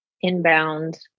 inbound